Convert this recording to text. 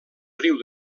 riu